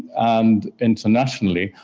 and internationally,